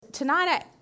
Tonight